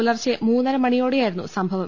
പുലർച്ചെ മൂന്നര മണിയോടെയായിരുന്നു സംഭവം